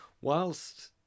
whilst